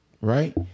right